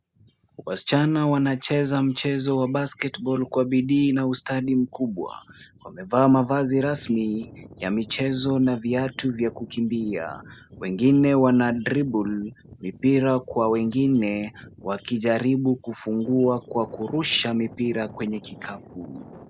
Wasichana wanacheza mchezo wa basket ball kwa bidii na ustadi mkubwa. Wamevaa mavazi rasmi ya michezo na viatu vya kukimbia. Wengine wanadribble mpira kwa wengine wakijaribu kufungua kwa kurusha mpira kwenye kikapu.